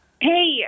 Hey